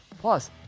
plus